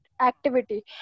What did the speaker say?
activity